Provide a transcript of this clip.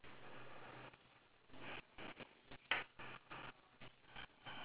the name of the place the name of the person and the tribute